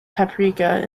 paprika